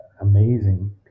amazing